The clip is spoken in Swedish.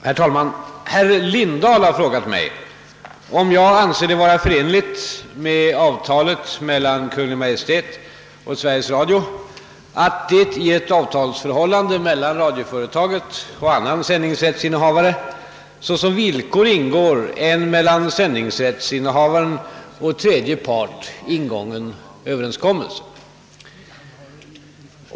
Herr talman! Herr Lindahl har frågat mig, om jag anser det vara förenligt med avtalet mellan Kungl. Maj:t och Sveriges Radio att det i ett avtalsförhållande mellan radioföretaget och annan sändningsrättsinnehavare såsom villkor ingår en mellan sändningsrättsinnehavaren och tredje part ingången överenskommelse.